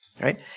Right